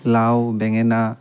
লাও বেঙেনা